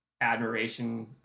admiration